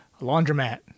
laundromat